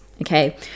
okay